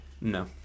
No